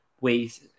ways